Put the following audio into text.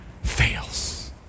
fails